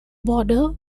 border